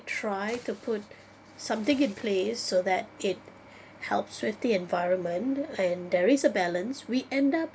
try to put something in place so that it helps with the environment and there is a balance we end up